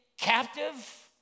captive